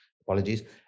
apologies